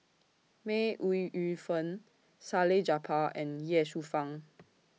May Ooi Yu Fen Salleh Japar and Ye Shufang